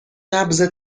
نبض